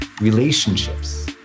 relationships